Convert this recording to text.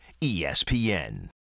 ESPN